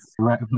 right